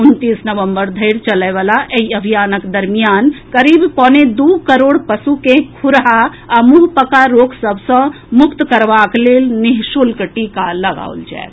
उनतीस नवम्बर धरि चलय वला एहि अभियानक दरमियान करीब पौने दू करोड़ पशु के खुरहा आ मुँहपका रोग सभ सँ मुक्त करबाक लेल निःशुल्क टीका लगाओल जायत